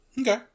Okay